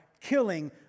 killing